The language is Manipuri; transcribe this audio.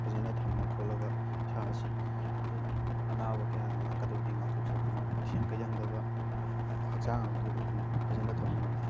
ꯐꯖꯅ ꯊꯝꯃ ꯈꯣꯠꯂꯒ ꯏꯁꯥ ꯑꯁꯤ ꯑꯅꯥꯕ ꯀꯌꯥ ꯂꯥꯛꯀꯗꯕꯗꯒꯤ ꯉꯥꯛꯊꯣꯛꯆꯗꯨꯅ ꯇꯤꯟꯖꯪ ꯀꯩꯖꯪꯗꯕ ꯍꯛꯆꯥꯡ ꯑꯗꯨ ꯐꯖꯅ ꯊꯝꯕ ꯉꯝꯃꯤ